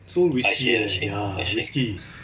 so risky leh ya risky